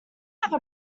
have